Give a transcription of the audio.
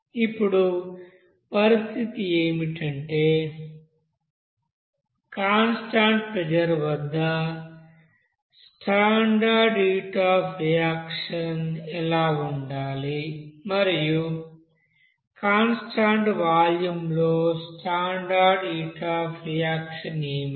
ఇప్పుడు పరిస్థితి ఏమిటంటే కాన్స్టాంట్ ప్రెజర్ వద్ద స్టాండర్డ్ హీట్ అఫ్ రియాక్షన్ ఎలా ఉండాలి మరియు కాన్స్టాంట్ వాల్యూమ్లో స్టాండర్డ్ హీట్ అఫ్ రియాక్షన్ ఏమిటి